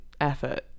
effort